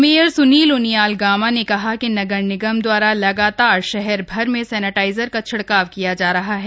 mayor Sunil Uniyal Gama ने कहा कि नगर निगम द्वारा लगातार शहरभर में सैनिटाइजर का छिड़काव किया जा रहा है